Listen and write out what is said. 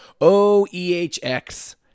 OEHX